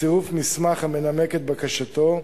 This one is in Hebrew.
בצירוף מסמך המנמק את בקשתו,